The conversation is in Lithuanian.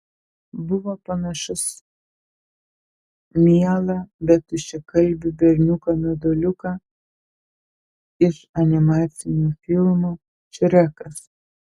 buvo panašus mielą bet tuščiakalbį berniuką meduoliuką iš animacinio filmo šrekas